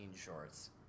shorts